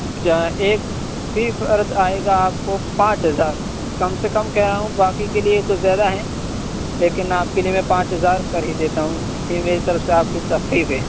ایک فی فرد آئے گا آپ کو پانچ ہزار کم سے کم کہہ رہا ہوں باقی کے لیے تو زیادہ ہیں لیکن آپ کے لیے میں پانچ ہزار کر ہی دیتا ہوں یہ میری طرف سے آپ کی تخفیف ہے